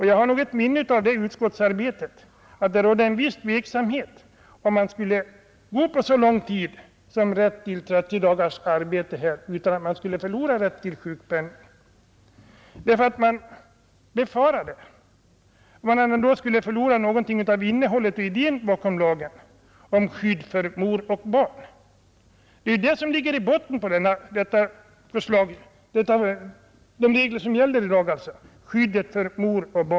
Jag har ett minne av att det rådde en viss tveksamhet om man skulle sträcka sig så långt som till 30 dagars arbete utan att rätten till tilläggssjukpenning gick förlorad. Man befarade att något av själva idén bakom lagen då skulle försvinna — om skydd för mor och barn. Det är just skyddet för mor och barn som ligger i botten på de regler som i dag gäller.